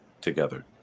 together